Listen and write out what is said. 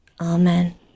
Amen